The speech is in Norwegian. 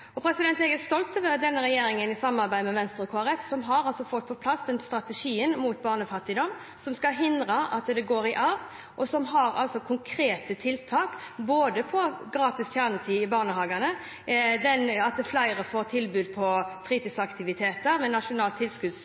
i samarbeid med Venstre og Kristelig Folkeparti, fått på plass strategien mot barnefattigdom, som skal hindre at det går i arv, og som har konkrete tiltak både når det gjelder gratis kjernetid i barnehagene, at flere får tilbud om fritidsaktiviteter